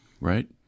right